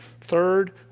Third